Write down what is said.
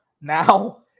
Now